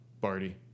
Barty